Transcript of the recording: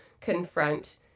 confront